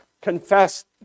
confessed